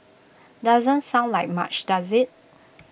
doesn't sound like much does IT